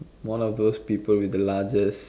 one of those people with the largest